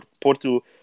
Porto